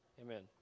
amen